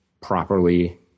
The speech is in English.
properly